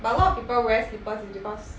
but a lot of people wear slippers is because